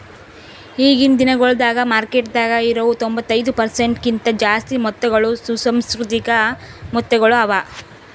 ಈಗಿನ್ ದಿನಗೊಳ್ದಾಗ್ ಮಾರ್ಕೆಟದಾಗ್ ಇರವು ತೊಂಬತ್ತೈದು ಪರ್ಸೆಂಟ್ ಕಿಂತ ಜಾಸ್ತಿ ಮುತ್ತಗೊಳ್ ಸುಸಂಸ್ಕೃತಿಕ ಮುತ್ತಗೊಳ್ ಅವಾ